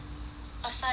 pasta again